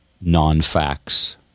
non-facts